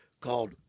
called